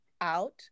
out